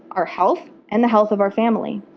our health, and the health of our family.